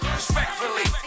respectfully